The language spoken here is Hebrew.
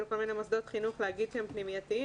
מוסדות חינוך להגיד שהם פנימייתיים,